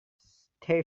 stay